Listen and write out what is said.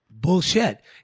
Bullshit